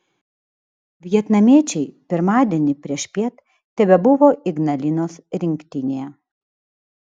vietnamiečiai pirmadienį priešpiet tebebuvo ignalinos rinktinėje